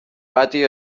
pati